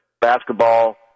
basketball